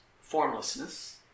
formlessness